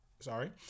Sorry